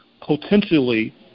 potentially